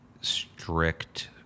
strict